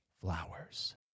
flowers